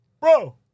Bro